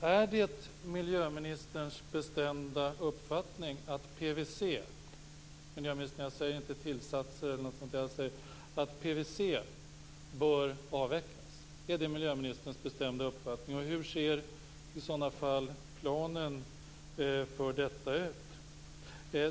Är det miljöministerns bestämda uppfattning att PVC - jag talar inte om tillsatser, miljöministern - bör avvecklas? Hur ser i sådana fall planen för detta ut?